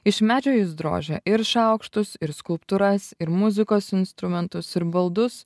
iš medžio jis drožia ir šaukštus ir skulptūras ir muzikos instrumentus ir baldus